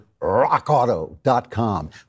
rockauto.com